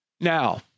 Now